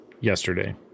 yesterday